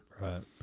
Right